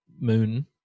moon